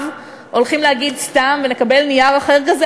הולכים להגיד "סתם" ונקבל נייר אחר כזה?